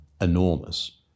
enormous